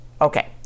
Okay